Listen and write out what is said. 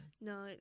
No